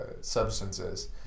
substances